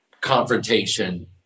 confrontation